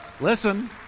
Listen